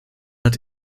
hat